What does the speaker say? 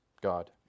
God